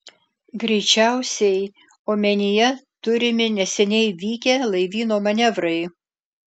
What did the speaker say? greičiausiai omenyje turimi neseniai vykę laivyno manevrai